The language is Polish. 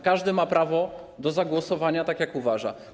Każdy ma prawo do zagłosowania tak, jak uważa.